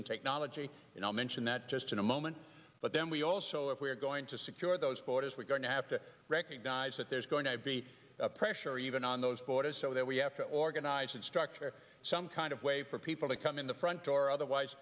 in technology and i'll mention that just in a moment but then we also if we're going to secure those borders we're going to have to recognize that there's going to be pressure even on those borders so that we have to organize and structure some kind of way for people to come in the front door otherwise